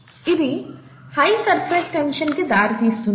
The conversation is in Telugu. ఇది హై సర్ఫేస్ టెన్షన్ కి దారి తీస్తుంది